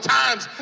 times